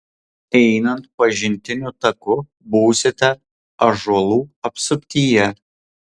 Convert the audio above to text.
einant pažintiniu taku būsite ąžuolų apsuptyje